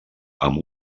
amb